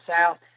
South